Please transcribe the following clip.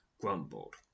grumbled